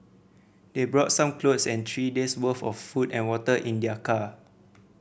they brought some clothes and three days' worth of food and water in their car